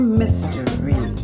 mystery